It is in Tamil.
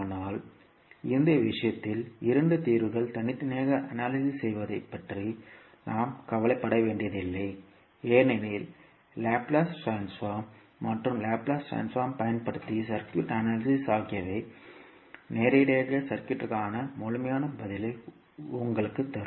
ஆனால் இந்த விஷயத்தில் இரண்டு தீர்வுகள் தனித்தனியாக அனாலிசிஸ் செய்வதைப் பற்றி நாம் கவலைப்பட வேண்டியதில்லை ஏனெனில் லாப்லேஸ் ட்ரான்ஸ்போர்ம் மற்றும் லாப்லேஸ் ட்ரான்ஸ்போர்மைப் பயன்படுத்தி சர்க்யூட் அனாலிசிஸ் ஆகியவை நேரடியாக சர்க்யூட்க்கான முழுமையான பதிலை உங்களுக்குத் தரும்